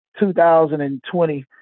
2020